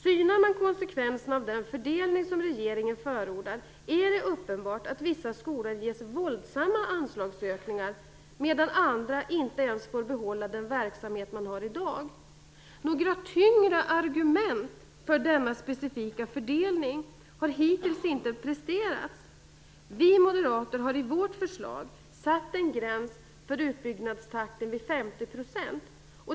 Synar man konsekvenserna av den fördelning som regeringen förordar märker man att det är uppenbart att vissa skolor får våldsamma anslagsökningar, medan andra inte ens får behålla den verksamhet som de i dag har. Några tyngre argument för denna specifika fördelning har hittills inte presterats. Vi moderater har i vårt förslag satt en gräns för utbyggnadstakten vid 50 %.